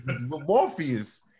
Morpheus